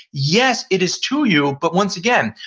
yes it is to you, but once again,